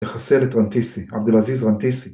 תחסל את רנטיסי, עבד אל עזיז רנטיסי